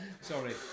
Sorry